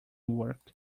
work